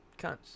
cunts